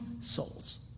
souls